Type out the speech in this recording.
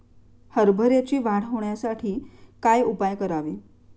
हरभऱ्याची वाढ होण्यासाठी काय उपाय करावे?